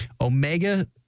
omega